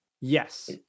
Yes